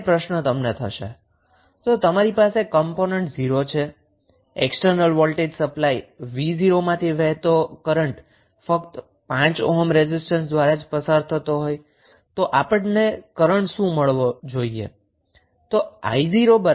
તો તમારી પાસે આ કમ્પોનન્ટ 0 છે એક્સટર્નલ વોલ્ટેજ સપ્લાય v0 માંથી વહેતો કરન્ટ ફક્ત 5 ઓહ્મ રેઝિસ્ટન્સ દ્વારા જ પસાર થતો હોય તો આપણે શું મેળવીએ છીએ